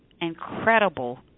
incredible